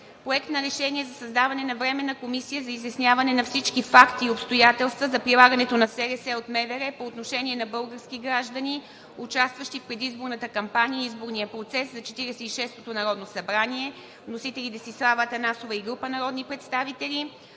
Проект на решение за създаване на Временна комисия за изясняване на всички факти и обстоятелства за прилагането на СРС от МВР по отношение на български граждани, участващи в предизборната кампания и изборния процес за Четиридесет и честото народно събрание. Вносители – Десислава Атанасова и група народни представители.